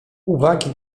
uwagi